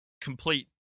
Complete